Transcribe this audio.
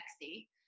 sexy